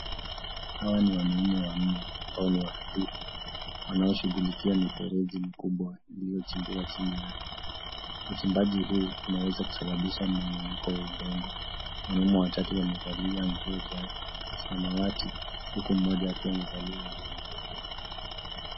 Hawa ni wanaume wanne ambao ni waandisi, wanaoshughulikia mifereji mikubwa, iliyochimbiwa chini ya ardhi. Uchimbaji huu unaweza kusababisha mmomonyoko wa udongo. Wanaume watatu wamevalia nguo za samawati, huku mmoja akiwa amevalia nguo nyeupe.